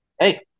hey